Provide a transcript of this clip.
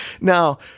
Now